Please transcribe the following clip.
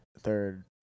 third